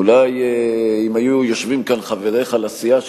אולי אם היו יושבים כאן חבריך לסיעה,